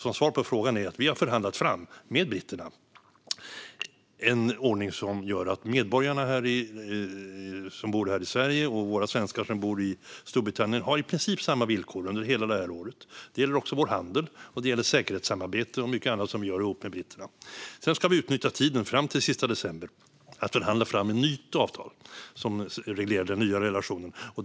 Som svar på frågan kan jag säga att vi har förhandlat fram med britterna en ordning som gör att britter som bor här i Sverige och svenskar som bor i Storbritannien har i princip samma villkor under hela detta år. Det gäller också vår handel, vårt säkerhetssamarbete och mycket annat som vi gör ihop med britterna. Vi ska utnyttja tiden fram till den sista december för att förhandla fram ett nytt avtal som reglerar den nya relationen.